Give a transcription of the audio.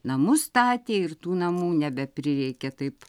namus statė ir tų namų nebeprireikė taip